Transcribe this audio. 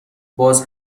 باز